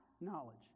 knowledge